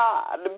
God